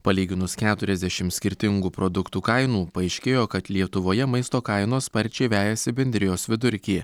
palyginus keturiasdešim skirtingų produktų kainų paaiškėjo kad lietuvoje maisto kainos sparčiai vejasi bendrijos vidurkį